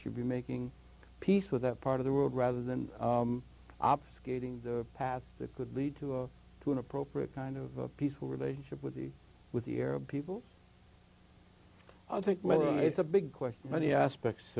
should be making peace with that part of the world rather than obfuscating the path that could lead to a to an appropriate kind of a peaceful relationship with the with the arab people i think it's a big question many aspects